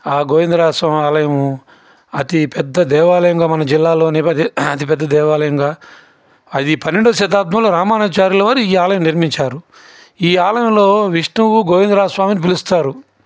గోవిందరావు స్వామి ఆలయము అది పెద్ద దేవాలయముగా మన జిల్లాలో అది అతిపెద్ద దేవాలయముగా అది పన్నెండవ శతాబ్దంలో రామాచార్యుల వారు ఈ ఆలయాన్ని నిర్మించారు ఈ ఆలయంలో విష్ణువుని గోవిందరామస్వామి అని పిలుస్తారు